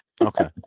Okay